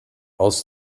aus